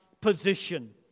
position